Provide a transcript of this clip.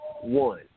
one